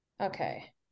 okay